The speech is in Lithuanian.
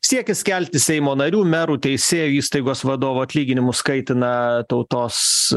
siekis kelti seimo narių merų teisėjų įstaigos vadovų atlyginimus kaitina tautos